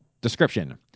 description